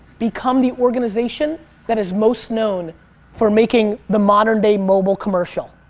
become the organization that is most known for making the modern-day mobile commercial